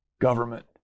government